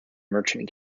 merchant